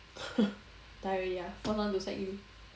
tired already first [one] to sack you